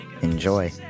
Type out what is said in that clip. enjoy